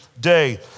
day